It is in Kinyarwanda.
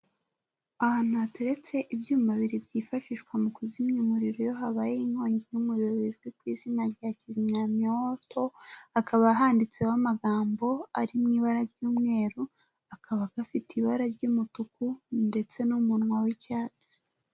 Ahantu hateretse ibyuma bibiri byifashishwa mu kuzimya umuriro, iyo habaye inkongi y'umuriro, bizwi ku izina rya kizimyamwoto, hakaba handitseho amagambo ari mu ibara ry'umweru, kakaba gafite ibara ry'umutuku ndetse n'umunwa w'icyatsi.